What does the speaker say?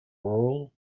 rural